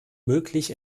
möglich